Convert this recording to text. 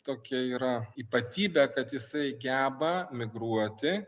tokia yra ypatybė kad jisai geba migruoti